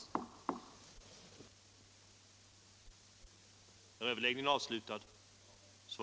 grammet för barnomsorgen